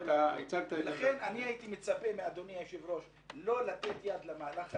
ולכן הייתי מצפה מהיושב-ראש לא לתת יד למהלך הזה,